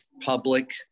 public